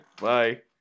Bye